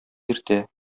иртә